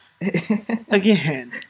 Again